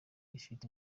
rifite